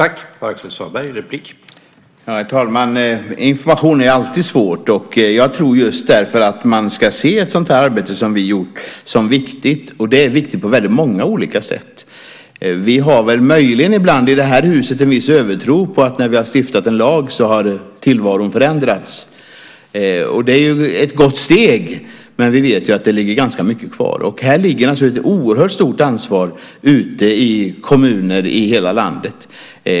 Herr talman! Information är alltid svårt. Jag tror just därför att man ska se ett sådant här arbete som vi gjort som viktigt. Det är viktigt på väldigt många olika sätt. Vi har väl möjligen ibland i det här huset en viss övertro på att när vi har stiftat en lag så har tillvaron förändrats. Det är ett steg på vägen, men vi vet ju att det ligger ganska mycket kvar. Här ligger naturligtvis ett oerhört stort ansvar ute i kommuner i hela landet.